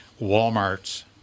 Walmart's